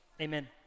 Amen